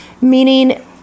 meaning